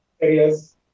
areas